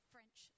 French